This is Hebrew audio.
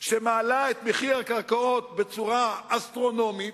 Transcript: שמעלה את מחיר הקרקעות בצורה אסטרונומית,